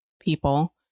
people